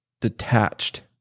detached